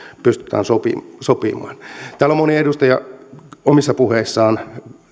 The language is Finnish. pystytään sopimaan sopimaan täällä on moni edustaja omissa puheissaan